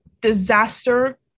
disaster